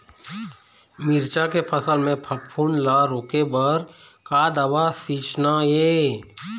मिरचा के फसल म फफूंद ला रोके बर का दवा सींचना ये?